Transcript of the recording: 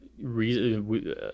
reason